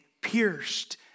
pierced